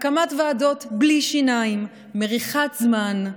הקמת ועדות בלי שיניים, מריחת זמן,